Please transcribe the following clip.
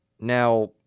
Now